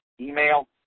email